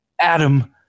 Adam